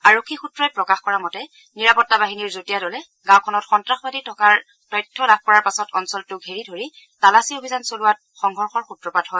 আৰক্ষী সূত্ৰই প্ৰকাশ কৰা মতে নিৰাপত্তা বাহিনীৰ যুটীয়া দলে গাঁওখনত সন্তাসবাদী থকাৰ তথ্য লাভ কৰাৰ পাছত অঞ্চলটো ঘেৰি ধৰি তালাচী অভিযান চলোৱাত সংঘৰ্ষৰ সূত্ৰপাত হয়